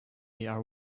are